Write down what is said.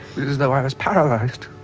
though i was paralyzed.